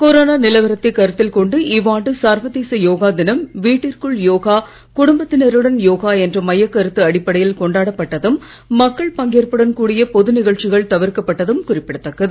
corona நிலவரத்தை கருத்தில் கொண்டு இவ்வாண்டு சர்வதேச யோகா தினம் வீட்டிற்குள் யோகா குடும்பத்தினருடன் யோகா என்ற மைய கருத்து அடிப்படையில் கொண்டாடப்பட்டதும் மக்கள் பங்கேற்புடன் கூடிய பொது நிகழ்ச்சிகள் தவிர்க்கப் பட்டதும் குறிப்பிடத்தக்கது